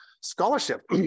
scholarship